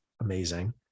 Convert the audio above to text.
amazing